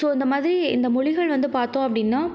so இந்தமாதிரி இந்த மொழிகள் வந்து பார்த்தோம் அப்படினா